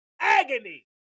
agony